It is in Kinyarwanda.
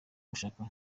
gushaka